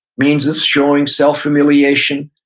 means of showing self-humiliation,